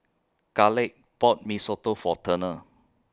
Khalid bought Mee Soto For Turner